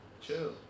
Chill